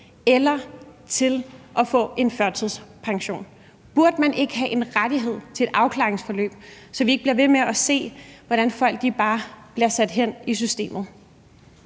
eller til at få en førtidspension? Burde man ikke have en rettighed til et afklaringsforløb, så vi ikke bliver ved med at se, at folk bare bliver sat hen i systemet?